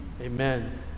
Amen